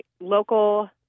local